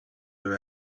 with